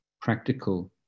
practical